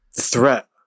Threat